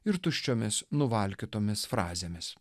ir tuščiomis nuvalkiotomis frazėmis